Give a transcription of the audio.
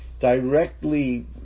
directly